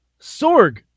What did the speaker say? Sorg